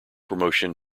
promotion